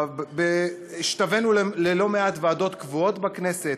השתווינו ללא מעט ועדות קבועות בכנסת,